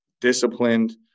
disciplined